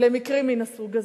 למקרים מן הסוג הזה.